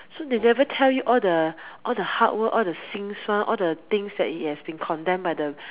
so they never tell you all the hard work all the 心酸 all the things that it has been condemn by the